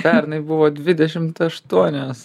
pernai buvo dvidešimt aštuonios